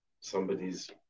somebody's